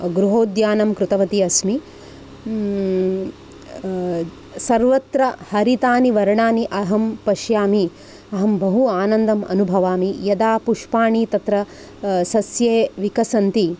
गृहोद्यानं कृतवती अस्मि सर्वत्र हरितानि वर्णानि अहं पश्यामि अहं बहु आनन्दम् अनुभवामि यदा पुष्पाणि तत्र सस्ये विकसन्ति